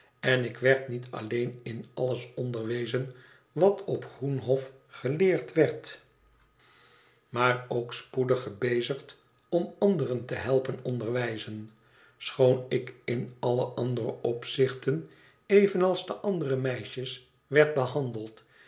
en ik werd niet alleen in alles onderwezen wat op groenhof geleerd werd maar ook spoedig gebezigd om anderen te helpen onderwijzen schoon ik in alle andere opzichten evenals de andere meisjes werd behandeld